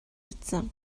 үзсэн